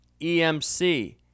EMC